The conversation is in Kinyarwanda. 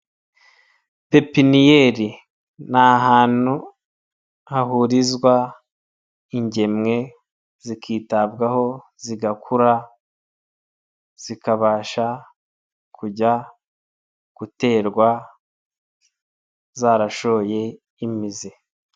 Pepiniyeri ni ahantu hahurizwa ingemwe zikitabwaho zigakura zikabasha kujya guterwa zarashoye imizi.